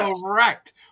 correct